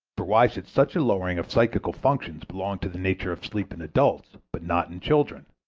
for why should such a lowering of psychical functions belong to the nature of sleep in adults, but not in children?